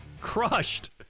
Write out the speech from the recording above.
crushed